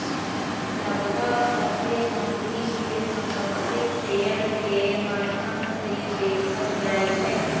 लगभग सभ्भे कम्पनी के संपत्ति शेयर के माद्धम से देखल जाई छई